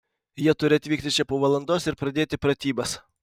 jie turi atvykti čia po valandos ir pradėti pratybas